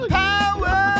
power